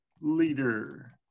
leader